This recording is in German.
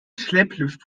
schlepplift